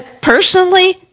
personally